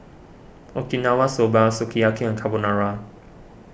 Okinawa Soba Sukiyaki and Carbonara